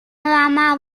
mama